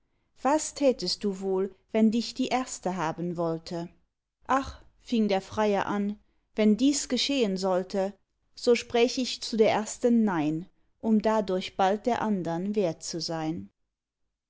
was tätst du wohl wenn dich die erste haben wollte ach fing der freier an wenn dies geschehen sollte so spräch ich zu der ersten nein um dadurch bald der andern wert zu sein